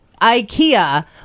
IKEA